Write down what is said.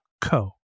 co